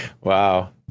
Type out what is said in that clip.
Wow